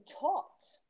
taught